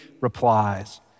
replies